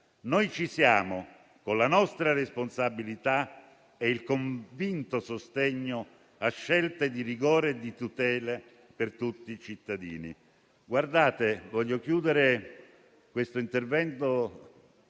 Noi ci siamo, con la nostra responsabilità e il convinto sostegno a scelte di rigore e di tutela per tutti i cittadini.